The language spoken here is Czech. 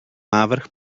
návrh